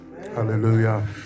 Hallelujah